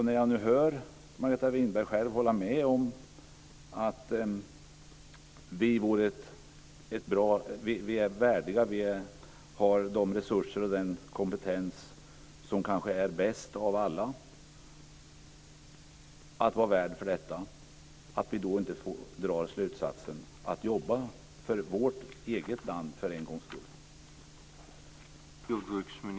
När jag nu hör Margareta Winberg själv hålla med om att Sverige är värdigt, och har kanske de bästa resurserna och den bästa kompetensen av alla för att vara värd för detta så undrar jag varför vi då inte drar slutsatsen att vi ska jobba för vårt eget land för en gångs skull.